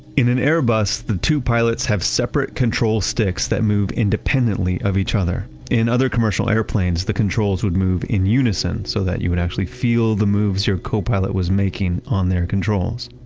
in an airbus, the two pilots have separate control sticks that move independently of each other. in other commercial airplanes, the controls would move in unison, so that you would actually feel the moves your copilot was making on their controls.